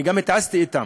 אני גם התייעצתי אתם.